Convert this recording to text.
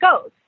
goes